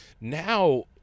Now